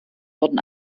wurden